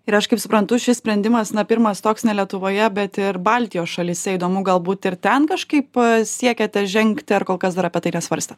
ir aš kaip suprantu šis sprendimas na pirmas toks ne lietuvoje bet ir baltijos šalyse įdomu galbūt ir ten kažkaip siekiate žengti ar kol kas dar apie tai nesvarstėt